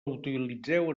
utilitzeu